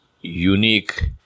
unique